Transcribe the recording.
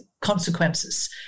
consequences